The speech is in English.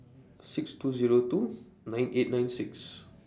six two Zero two nine eight nine six